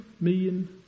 million